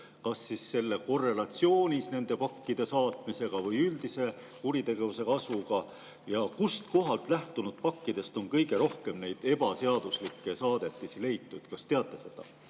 kas korrelatsioonis pakkide saatmisega või üldise kuritegevuse kasvuga – ja kustkohast [saabunud] pakkidest on kõige rohkem ebaseaduslikke saadetisi leitud. Kas teate seda?